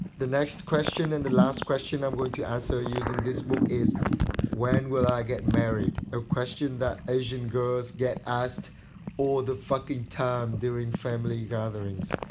the next question and the last question i'm going to answer using this book is when will i get married? a question that asian girls get asked all the f cking time during family gatherings.